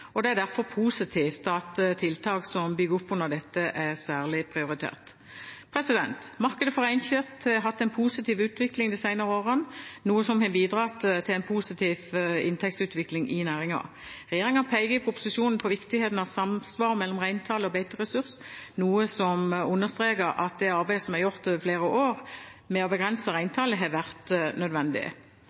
Det er derfor positivt at tiltak som bygger opp under dette, er særlig prioritert. Markedet for reinkjøtt har hatt en positiv utvikling de senere årene, noe som har bidratt til en positiv inntektsutvikling i næringen. Regjeringen peker i proposisjonen på viktigheten av samsvar mellom reintall og beiteressurs, noe som understreker at arbeidet med å begrense reintallet, som er gjort over flere år, har vært nødvendig. Den nye avtalen viderefører dette ved å